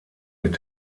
mit